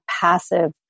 passive